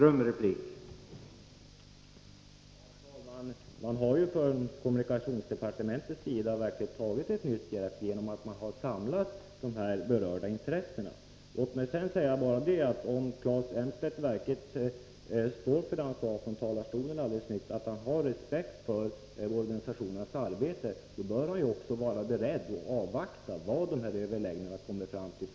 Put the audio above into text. Herr talman! Man har från kommunikationsdepartementets sida verkligen tagit ett nytt grepp genom att man har samlat de berörda intressena. Om Claes Elmstedt verkligen står för det som han alldeles nyss sade från talarstolen, nämligen att han har respekt för organisationernas arbete, bör han också vara beredd att avvakta de resultat som man i dessa överläggningar kommer fram till.